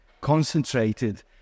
concentrated